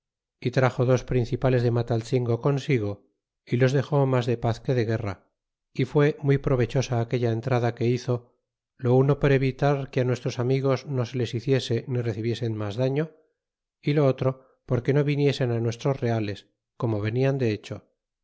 y traxo dos principales de mataltzingo consigo y los dexó mas de paz que de guerra y fué muy provechosa aquella entrada que hizo lo uno por evitar que nuestros amigos no se les hiciese ni recibiesen mas daño y lo otro porque no viniesen nuestros reales como venian de hecho